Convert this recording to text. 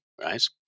right